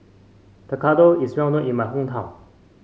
tekkadon is well known in my hometown